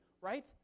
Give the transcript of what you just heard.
right